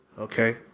Okay